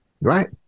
Right